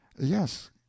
yes